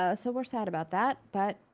ah so we're sad about that, but,